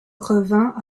revint